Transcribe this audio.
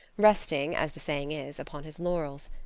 resting, as the saying is, upon his laurels.